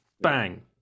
Bang